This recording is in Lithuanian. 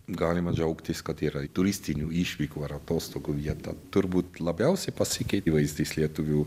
galima džiaugtis kad yra turistinių išvykų ar atostogų vietą turbūt labiausiai pasikeitė įvaizdis lietuvių